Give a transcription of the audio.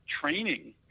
training